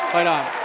fight on.